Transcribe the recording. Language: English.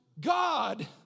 God